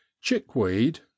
Chickweed